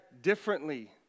differently